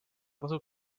tasub